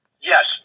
Yes